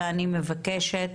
אני מבקשת,